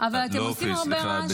לא אופיר, סליחה.